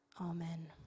Amen